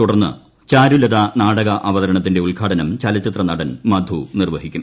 തുടർന്ന് ചാരുലത നാടക അവതരണത്തിന്റെ ഉദ്ഘാടനം ചച്ചിത്രനടൻ മധു നിർവഹിക്കും